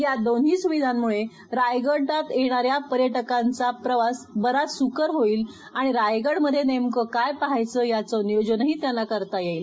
या दोन्ही सुविधांमुळं रायगडात येणाऱ्या पर्याकांचा प्रवास बराच सुकर होईल आणि रायगडमध्ये नेमकं काय पहायचं याचं नियोजनही त्यांना करता येईल